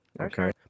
okay